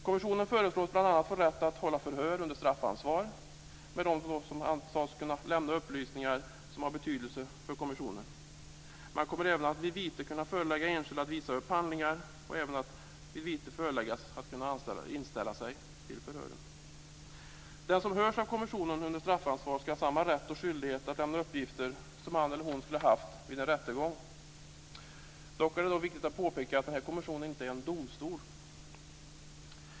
Kommissionen föreslås bl.a. få rätt att hålla förhör under straffansvar med dem som antas kunna lämna upplysningar som har betydelse för kommissionen. Man kommer även att vid vite kunna förelägga enskilda att visa upp handlingar eller att inställa sig till förhör. Den som hörs av kommissionen under straffansvar ska ha samma rätt och skyldighet att lämna uppgifter som han eller hon skulle ha haft vid en rättegång. Dock är det viktigt att påpeka att denna kommission inte är en domstol.